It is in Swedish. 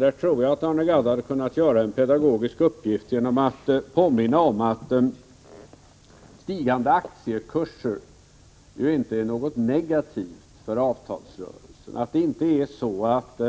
Där tror jag att Arne Gadd hade kunnat göra en pedagogisk insats genom att påminna om att stigande aktiekurser inte är något negativt för avtalsrörelsen. Det är inte så att